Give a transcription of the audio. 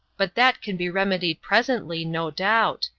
but that can be remedied presently, no doubt.